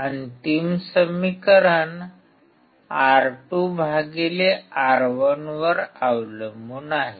अंतिम समीकरण R2R1 वर अवलंबून आहे